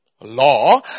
law